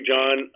John